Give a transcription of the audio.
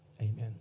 Amen